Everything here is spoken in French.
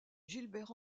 gilbert